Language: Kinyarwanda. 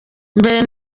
mbere